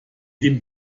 dem